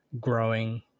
growing